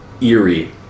eerie